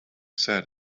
said